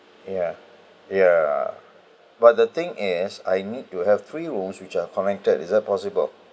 ya ya but the thing is I need to have three rooms which are connected is that possible